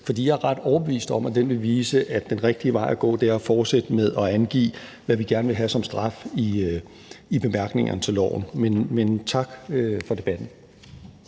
For jeg er ret overbevist om, at den vil vise, at den rigtige vej at gå er at fortsætte med at angive, hvad vi gerne vil have som straf, i bemærkningerne til loven. Men tak for debatten.